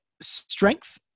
strength